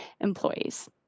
employees